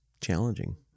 challenging